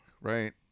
right